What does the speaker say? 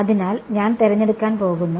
അതിനാൽ ഞാൻ തിരഞ്ഞെടുക്കാൻ പോകുന്നു